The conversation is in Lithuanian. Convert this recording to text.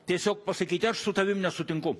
tiesiog pasakyti aš su tavim nesutinku